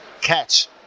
catch